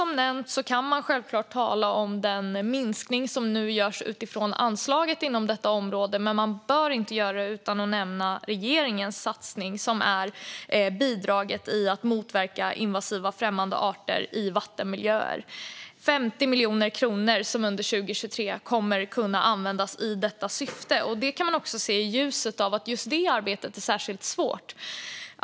Man kan självklart tala om den minskning som nu görs av anslaget inom detta område, men man bör inte göra det utan att nämna regeringens satsning på att motverka invasiva främmande arter i vattenmiljöer. 50 miljoner kronor kommer under 2023 att kunna användas i detta syfte. Det ska man också se i ljuset av att just det arbetet är särskilt svårt.